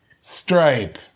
stripe